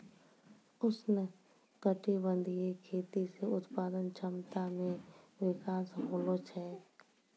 उष्णकटिबंधीय खेती से उत्पादन क्षमता मे विकास होलो छै